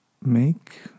make